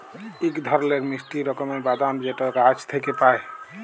ইক ধরলের মিষ্টি রকমের বাদাম যেট গাহাচ থ্যাইকে পায়